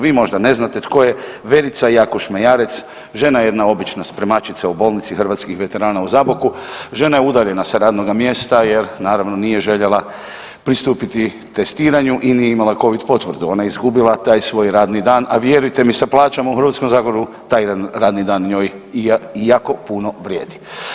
Vi možda ne znate tko je Verica Jakoš Mejarec, žena jedna obična spremačica u Bolnici hrvatskih veterana u Zaboku, žena je udaljena sa radnoga mjesta jer naravno nije željela pristupiti testiranju i nije imala Covid potvrdu, ona je izgubila taj svoj radni dan, a vjerujte mi sa plaćama u Hrvatskom zagorju taj jedan radni dan njoj jako puno vrijedi.